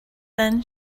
then